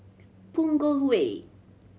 Punggol Way